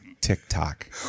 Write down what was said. TikTok